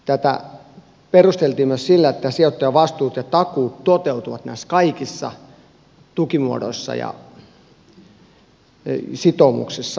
tätä perusteltiin myös sillä että sijoittajavastuut ja takuut toteutuvat näissä kaikissa tukimuodoissa ja sitoumuksissa